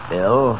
Bill